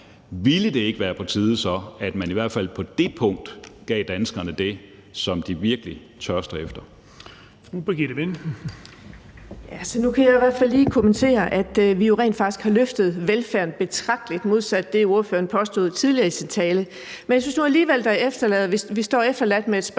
Ville det ikke være på tide, at man i hvert fald på det punkt gav danskerne det, som de virkelig tørster efter?